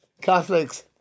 Catholics